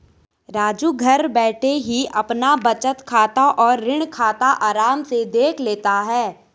राजू घर बैठे ही अपना बचत खाता और ऋण खाता आराम से देख लेता है